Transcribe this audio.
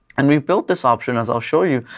and we've built this option, as i'll show you,